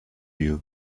you